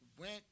went